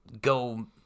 go